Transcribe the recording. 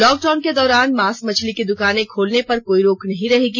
lockdown के दौरान मांस मछली की दुकानें खोलेने पर कोई रोक नहीं रहेगी